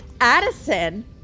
Addison